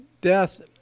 death